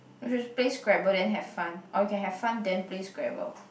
or we should play Scramble then have fun or we can have fun then play Scramble